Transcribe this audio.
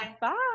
Bye